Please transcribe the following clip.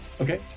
okay